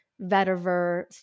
vetiver